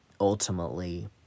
ultimately